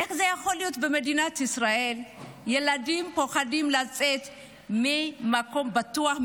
איך יכול להיות שבמדינת ישראל ילדים פוחדים לצאת ממקום בטוח,